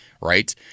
right